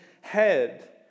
head